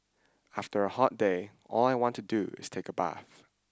after a hot day all I want to do is take a bath